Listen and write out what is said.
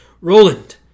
Roland